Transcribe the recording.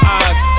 eyes